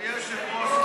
אדוני היושב-ראש,